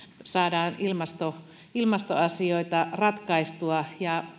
saadaan ilmastoasioita ratkaistua